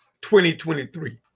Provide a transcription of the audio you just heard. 2023